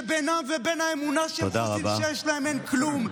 שבינם ובין האמונה שהם חושבים שיש להם אין כלום,